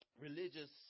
religious